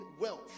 wealth